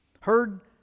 heard